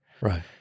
Right